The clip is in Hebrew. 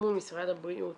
מול משרד הבריאות